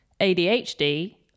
ADHD